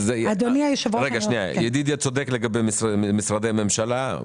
ידידיה צודק לגבי משרדי הממשלה.